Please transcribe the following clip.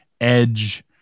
Edge